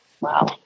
wow